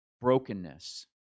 brokenness